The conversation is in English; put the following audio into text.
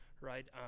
right